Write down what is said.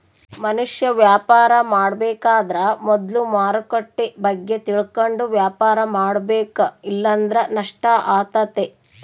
ಮನುಷ್ಯ ವ್ಯಾಪಾರ ಮಾಡಬೇಕಾದ್ರ ಮೊದ್ಲು ಮಾರುಕಟ್ಟೆ ಬಗ್ಗೆ ತಿಳಕಂಡು ವ್ಯಾಪಾರ ಮಾಡಬೇಕ ಇಲ್ಲಂದ್ರ ನಷ್ಟ ಆತತೆ